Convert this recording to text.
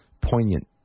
poignant